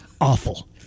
awful